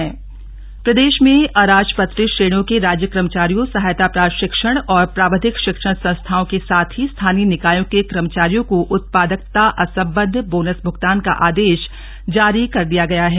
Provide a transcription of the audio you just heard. राज्य कर्मचारी बोनस प्रदेश में अराजपत्रित श्रेणियों के राज्य कर्मचारियों सहायता प्राप्त शिक्षण और प्राविधिक शिक्षण संस्थाओं के साथ ही स्थानीय निकायों के कर्मचारियों को उत्पादकता असंबद्ध बोनस भुगतान का आदेश जारी कर दिया गया है